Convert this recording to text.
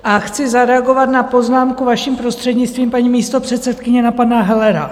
A chci zareagovat na poznámku, vaším prostřednictvím, paní místopředsedkyně, na pana Hellera.